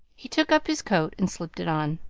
he took up his coat and slipped it on.